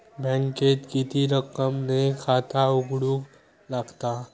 बँकेत किती रक्कम ने खाता उघडूक लागता?